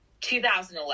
2011